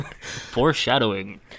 Foreshadowing